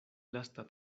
lasta